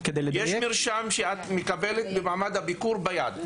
יש מרשם שאת מקבלת במעמד הביקור ביד.